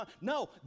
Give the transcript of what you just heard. no